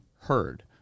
heard